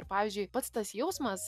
ir pavyzdžiui pats tas jausmas